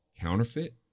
counterfeit